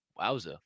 wowza